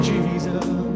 Jesus